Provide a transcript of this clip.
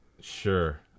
Sure